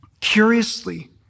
curiously